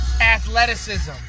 athleticism